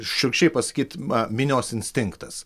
šiurkščiai pasakyt ma minios instinktas